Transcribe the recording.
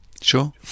Sure